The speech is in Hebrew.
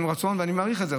יש לנו רצון ואני מעריך את זה,